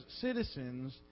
citizens